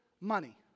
money